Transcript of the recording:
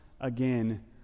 again